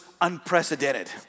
unprecedented